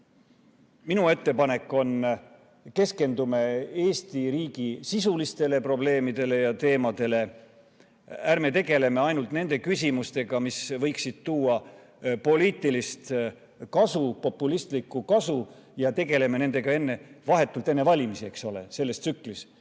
Minu ettepanek on: keskendume Eesti riigi sisulistele probleemidele ja teemadele. Ärme tegeleme ainult nende küsimustega, mis võiksid tuua poliitilist kasu, populistlikku kasu, ja tegeleme nendega vahetult enne valimisi, selles tsüklis.